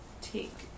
Take